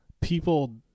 people